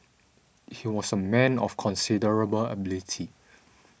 he was a man of considerable ability